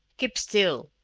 keep still.